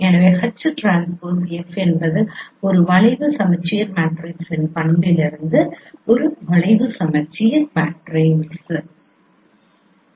எனவே H transpose F என்பது ஒரு வளைவு சமச்சீர் மேட்ரிக்ஸின் பண்பிலிருந்து ஒரு வளைவு சமச்சீர் மேட்ரிக்ஸ்